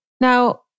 Now